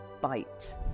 bite